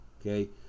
okay